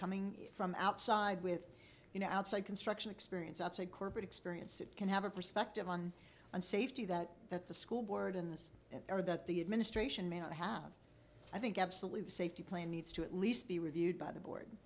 coming from outside with an outside construction experience outside corporate experience it can have a perspective on and safety that that the school board in this or that the administration may not have i think absolutely the safety play needs to at least be reviewed by the board